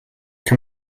kann